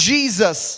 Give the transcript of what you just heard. Jesus